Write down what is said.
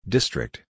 District